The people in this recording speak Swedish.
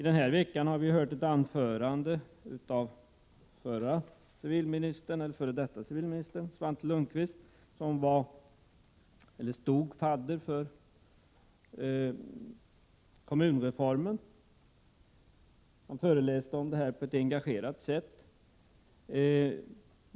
Denna vecka har vi lyssnat på ett anförande av den f. d. civilministern Svante Lundkvist, som stod fadder för kommunreformen. Han föreläste om denna på ett engagerat sätt.